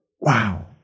wow